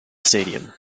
stadium